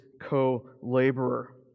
co-laborer